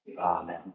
Amen